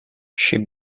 she